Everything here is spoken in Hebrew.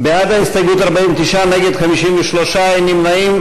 בעד ההסתייגות, 49, נגד, 53, אין נמנעים.